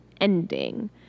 ending